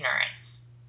ignorance